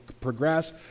progress